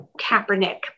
Kaepernick